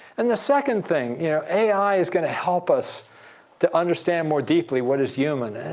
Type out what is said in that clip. and the second thing, you know ai is going to help us to understand more deeply what is human. and